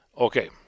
Okay